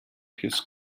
his